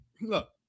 look